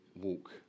walk